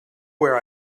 where